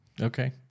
okay